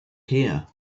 here